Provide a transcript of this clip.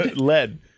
Lead